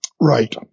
right